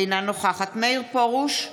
אינה נוכחת מאיר פרוש,